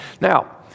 Now